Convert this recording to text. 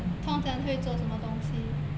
通常会做什么东西